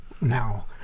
now